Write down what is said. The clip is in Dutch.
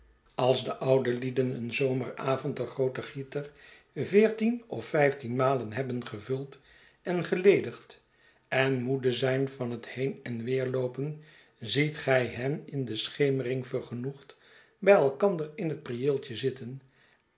als de oude lieden op in den theetuin een zomeravond den grooten gieter veertien of vijftien malen hebben gevuld en geledigd en moede zijn van het heen en weer loopen ziet gij hen in de schemering vergenoegd bij elkander in het prieeltje zitten